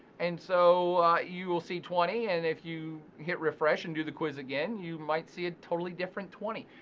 and so you will see twenty, and if you hit refresh and do the quiz again, you might see a totally different twenty.